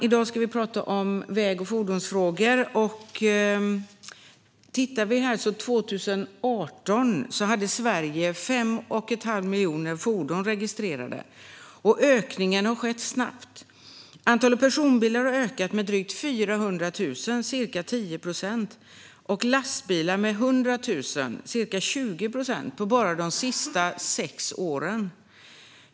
I dag talar vi om väg och fordonsfrågor. År 2018 hade Sverige 5 1⁄2 miljon fordon registrerade. Ökningen har skett snabbt - antalet personbilar har ökat med drygt 400 000 eller ca 10 procent och lastbilar med 100 000 eller ca 20 procent under bara de senaste sex åren.